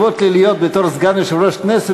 כשניהלתי כאן ישיבות ליליות בתור סגן יושב-ראש הכנסת,